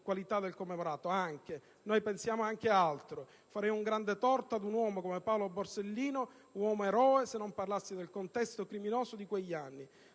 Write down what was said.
qualità del commemorato, ma noi pensiamo diversamente. Farei un grande torto ad un uomo come Paolo Borsellino, uomo-eroe, se non parlassi del contesto criminoso di quegli anni,